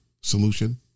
solution